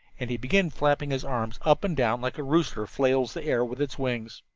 and he began flapping his arms up and down like a rooster flails the air with its wings.